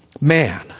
man